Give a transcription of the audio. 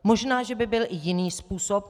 Možná že by byl i jiný způsob.